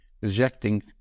rejecting